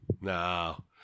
No